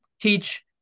teach